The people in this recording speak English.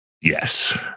Yes